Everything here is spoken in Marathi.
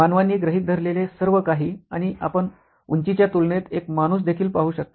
मानवांनी गृहित धरलेले सर्व काही आणि आपण उंचीच्या तुलनेत एक माणूस देखील पाहू शकता